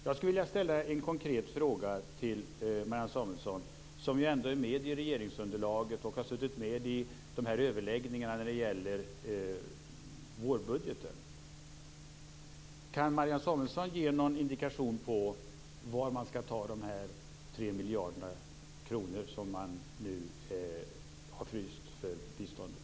Jag skulle vilja ställa en konkret fråga till Marianne Samuelsson, som ändå är med i regeringsunderlaget och har suttit med i överläggningarna om vårbudgeten. Kan Marianne Samuelsson ge någon indikation på var man skall ta de 3 miljarder kronor som man nu har fryst för biståndet?